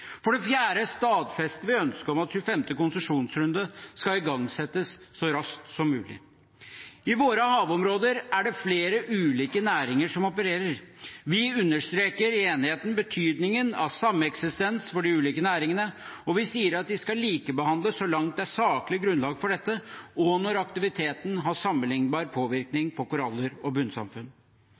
For det fjerde stadfester vi ønsket om at 25. konsesjonsrunde skal igangsettes så raskt som mulig. I våre havområder er det flere ulike næringer som opererer. Vi understreker i enigheten betydningen av sameksistens for de ulike næringene, og vi sier at de skal likebehandles så langt det er saklig grunnlag for dette, òg når aktiviteten har sammenlignbar påvirkning på koraller og